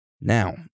Now